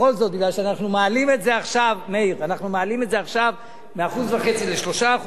כי אנחנו מעלים את זה עכשיו מ-1.5% ל-3%.